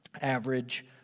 average